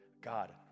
God